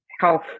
health